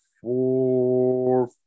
four